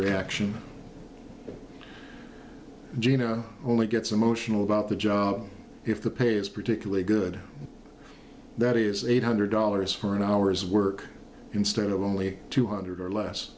reaction geno only gets emotional about the job if the pay is particularly good that he is eight hundred dollars for an hour's work instead of only two hundred or less